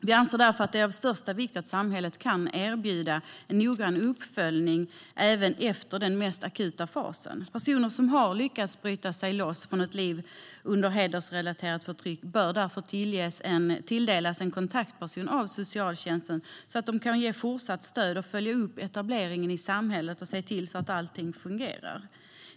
Vi anser därför att det är av största vikt att samhället kan erbjuda en noggrann uppföljning även efter den akuta fasen. Personer som lyckats bryta sig loss från ett liv under hedersrelaterat förtryck bör därför tilldelas en kontaktperson av socialtjänsten som kan ge fortsatt stöd, följa upp etableringen i samhället och se till att allt fungerar.